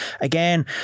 again